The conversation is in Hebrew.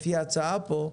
לפי ההצעה פה,